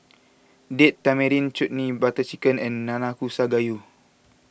Date Tamarind Chutney Butter Chicken and Nanakusa Gayu